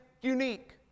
unique